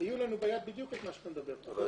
יהיו לנו ביד בדיוק את מה שאתה מדבר עליו.